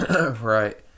Right